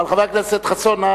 אבל חבר הכנסת חסון,